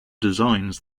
designs